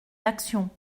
d’action